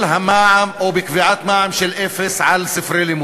המע"מ או בקביעת מע"מ אפס על ספרי לימוד.